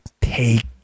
Take